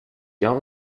jahr